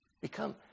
Become